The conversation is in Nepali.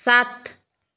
सात